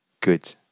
good